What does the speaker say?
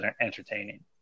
entertaining